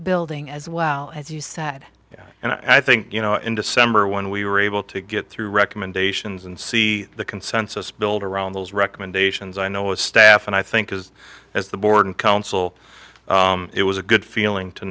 building as well as you said and i think you know in december when we were able to get through recommendations and see the consensus builder on those recommendations i know its staff and i think as as the board and council it was a good feeling to